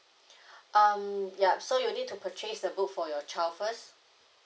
um ya so you need to purchase the book for your child first